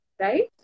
right